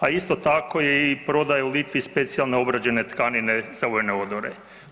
A isto tako je i prodaja u Litvi specijalne obrađene tkanine za UN odore.